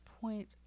point